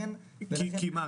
כי מה?